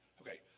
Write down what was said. Okay